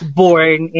born